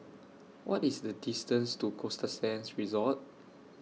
What IS The distance to Costa Sands Resort